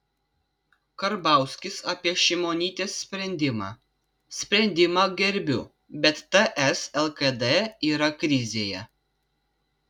karbauskis apie šimonytės sprendimą sprendimą gerbiu bet ts lkd yra krizėje